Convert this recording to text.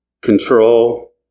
control